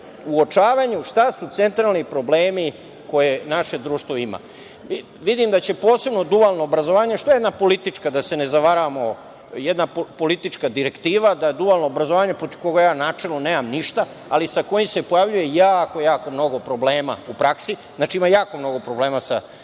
uočavanju šta su centralni problemi koje naše društvo ima. Vidim da će posebno dualno obrazovanje, što je jedna politička direktiva, da se ne zavaravamo, da dualno obrazovanje, protiv koga ja načelno nemam ništa, ali sa kojim se pojavljuje jako, jako mnogo problema u praksi. Ima jako mnogo problema sa